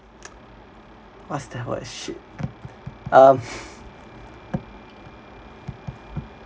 what's that word shit um